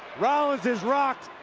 rollins is rocked.